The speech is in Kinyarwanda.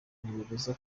ntibibuza